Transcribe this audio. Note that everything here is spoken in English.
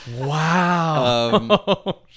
Wow